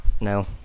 no